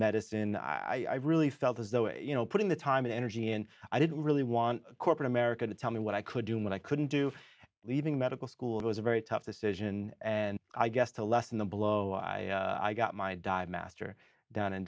medicine i really felt as though you know putting the time and energy and i didn't really want corporate america to tell me what i could do what i couldn't do leaving medical school it was a very tough decision and i guess to lessen the blow i i got my divemaster done and